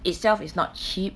itself is not cheap